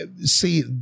See